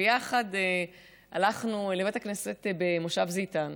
ויחד הלכנו לבית הכנסת במושב זיתן,